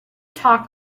talk